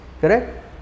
Correct